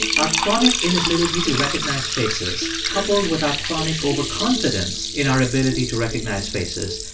our chronic inability to recognize faces, coupled with our chronic overconfidence in our ability to recognize faces,